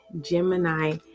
Gemini